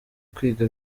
kwiga